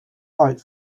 night